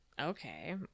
Okay